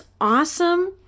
awesome